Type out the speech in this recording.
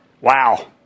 Wow